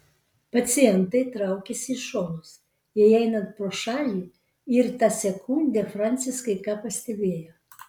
pacientai traukėsi į šonus jai einant pro šalį ir tą sekundę francis kai ką pastebėjo